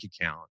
account